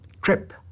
trip